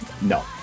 No